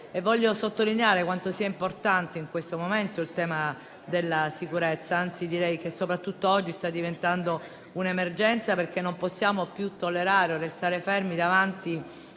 Voglio sottolineare quanto in questo momento sia importante il tema della sicurezza. Anzi, direi che soprattutto oggi sta diventando un'emergenza perché non possiamo più tollerare o restare fermi davanti